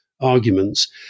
arguments